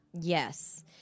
Yes